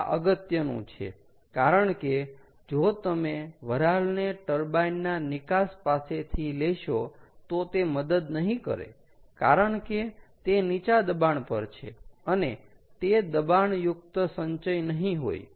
આ અગત્યનું છે કારણ કે જો તમે વરાળને ટર્બાઇન ના નિકાસ પાસેથી લેશો તો તે મદદ નહીં કરે કારણ કે તે નીચા દબાણ પર છે અને તે દબાણયુકત સંચય નહી હોય